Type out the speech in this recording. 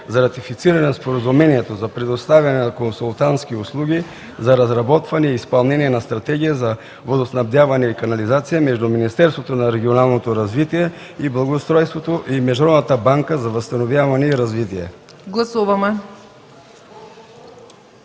за ратифициране на Споразумението за предоставяне на консултантски услуги за разработване и изпълнение на стратегия за водоснабдяване и канализация между Министерството на регионалното развитие и благоустройството и Международната банка за възстановяване и развитие.